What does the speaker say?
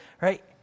right